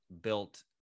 built